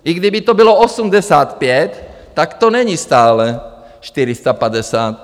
I kdyby to bylo 85, tak to není stále 450.